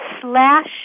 slash